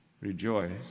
Rejoice